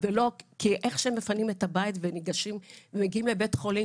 כי איך שהם מפנים את הבית ומגיעים לבית חולים,